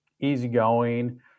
easygoing